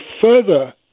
further